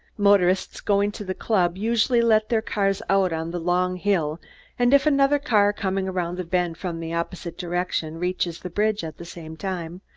motorists, going to the club, usually let their cars out on the long hill and if another car, coming around the bend from the opposite direction, reaches the bridge at the same time,